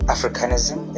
Africanism